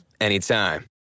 anytime